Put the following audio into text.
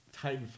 Titanfall